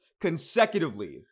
consecutively